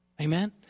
Amen